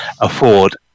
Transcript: afford